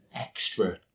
extra